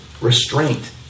restraint